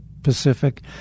Pacific